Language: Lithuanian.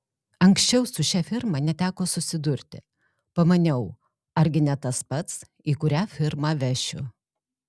anksčiau su šia firma neteko susidurti pamaniau argi ne tas pats į kurią firmą vešiu